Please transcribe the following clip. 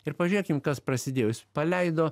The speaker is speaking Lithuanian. ir pažiūrėkim kas prasidėjo jis paleido